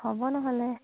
হ'ব নহ'লে